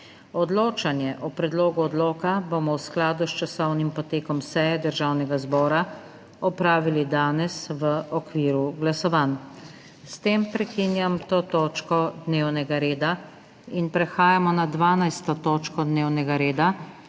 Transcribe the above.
Odločanje o predlogu odloka bomo v skladu s časovnim potekom seje Državnega zbora opravili danes v okviru glasovanj. S tem prekinjam to točko dnevnega reda. In prehajamo na **12. TOČKO DNEVNEGA REDA,